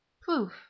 PROOF